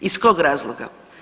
Iz kog razloga?